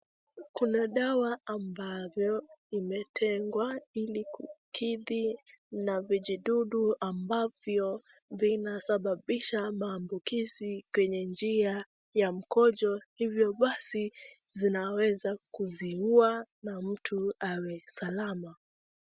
Kuna dawa ambavyo imetengwa ili kukidhi na vijidudu ambavyo vinasababisha na maambukizi kwenye njia ya mkojo hivyo basi zinaweza kuziua na mtu awe salama.